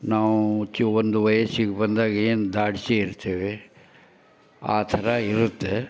ನಾವು ಚಿ ಒಂದು ವಯಸ್ಸಿಗೆ ಬಂದಾಗ ಏನು ದಾಡಿಸಿ ಇರ್ತೇವೆ ಆ ಥರ ಇರುತ್ತೆ